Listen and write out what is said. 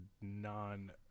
non